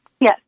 Yes